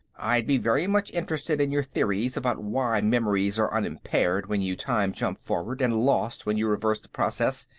i'd be very much interested in your theories about why memories are unimpaired when you time-jump forward and lost when you reverse the process,